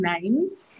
names